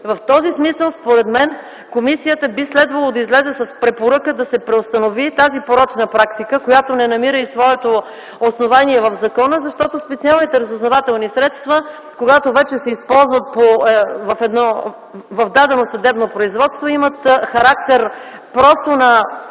В този смисъл, според мен, комисията би следвало да излезе с препоръка да се преустанови тази порочна практика, която не намира и своето основание в закона, защото специалните разузнавателни средства, когато вече се използват в дадено съдебно производство имат характер на